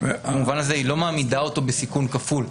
במובן הזה היא לא מעמידה אותו בסיכון כפול.